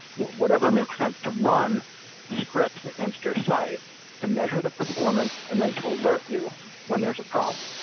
whatever makes sense, to run scripts against your site to measure the performance and then to alert you when there's a problem.